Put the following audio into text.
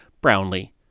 Brownlee